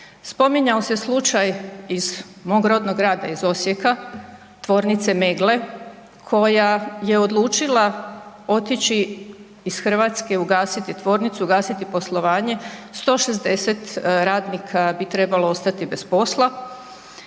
Spominjao se slučaj iz mog rodnog grada iz Osijeka tvornice Meggle koja je odlučila otići iz Hrvatske, ugasiti tvornicu, ugasiti poslovanje 160 radnika bi trebalo ostati bez posla